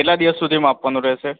કેટલા દિવસ સુધીમાં આપવાનું રેહશે